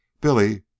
Billy